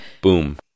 Boom